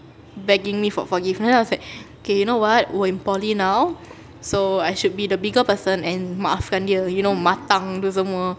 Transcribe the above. begging me for forgiveness then I was like okay you know what we're in poly now so I should be the bigger person and maafkan dia you know matang tu semua